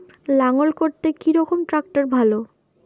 লাঙ্গল করতে কি রকম ট্রাকটার ভালো?